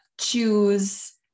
choose